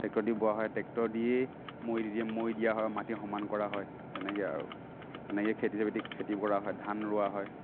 tractor দি বোৱা হয় ট্ৰেক্টৰ দিয়ে মৈ দি মৈ দিয়া হয় মাটি সমান কৰা হয় তেনেকেই আৰু তেনেকে খেতি কৰা হয় ধান ৰুৱা হয়